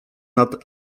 nad